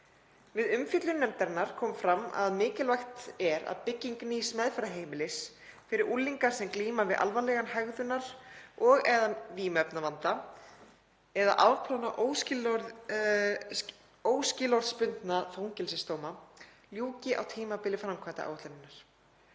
Við umfjöllun nefndarinnar kom fram að mikilvægt er að bygging nýs meðferðarheimilis fyrir unglinga sem glíma við alvarlegan hegðunar- og/eða vímuefnavanda eða afplána óskilorðsbundna fangelsisdóma ljúki á tímabili framkvæmdaáætlunarinnar.